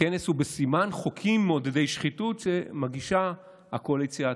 הכנס הוא בסימן חוקים מעודדי שחיתות שמגישה הקואליציה העתידית,